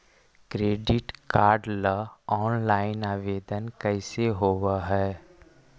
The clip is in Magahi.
क्रेडिट कार्ड ल औनलाइन आवेदन कैसे होब है?